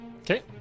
Okay